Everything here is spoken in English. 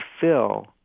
fill